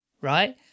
right